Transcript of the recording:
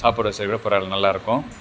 சாப்பாடு வசதி கூட பரவாயில்லை நல்லாயிருக்கும்